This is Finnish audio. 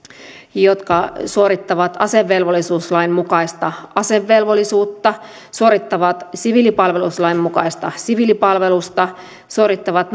jotka suorittavat asevelvollisuuslain mukaista asevelvollisuutta suorittavat siviilipalveluslain mukaista siviilipalvelusta suorittavat